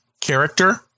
character